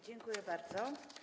Dziękuję bardzo.